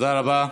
תודה רבה.